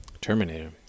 terminator